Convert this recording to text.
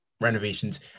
renovations